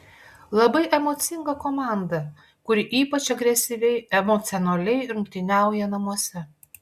labai emocinga komanda kuri ypač agresyviai emocionaliai rungtyniauja namuose